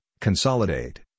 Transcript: consolidate